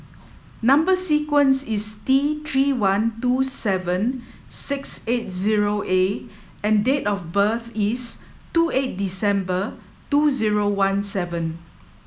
number sequence is T three one two seven six eight zero A and date of birth is two eight December two zero one seven